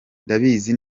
ndabizi